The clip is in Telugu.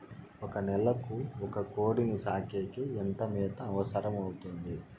ఒక నెలకు ఒక కోడిని సాకేకి ఎంత మేత అవసరమవుతుంది?